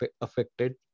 affected